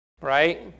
right